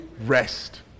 rest